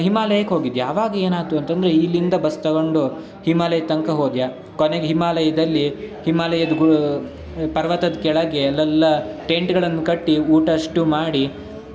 ಹಿಮಾಲಯಕ್ಕೆ ಹೋಗಿದ್ಯ ಆವಾಗ ಏನಾಯ್ತು ಅಂತಂದರೆ ಇಲ್ಲಿಂದ ಬಸ್ ತಗೊಂಡು ಹಿಮಾಲಯ್ದ ತನಕ ಹೋದ್ಯ ಕೊನೆಗೆ ಹಿಮಾಲಯದಲ್ಲಿ ಹಿಮಾಲಯದ ಗೂ ಪರ್ವತದ ಕೆಳಗೆ ಅಲ್ಲೆಲ್ಲ ಟೆಂಟ್ಗಳನ್ನು ಕಟ್ಟಿ ಊಟ ಅಷ್ಟು ಮಾಡಿ